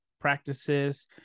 practices –